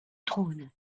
trône